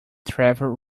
trevor